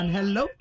Hello